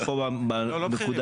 לא בכירים.